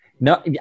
No